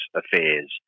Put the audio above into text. affairs